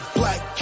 black